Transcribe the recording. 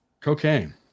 Cocaine